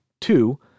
two